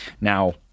Now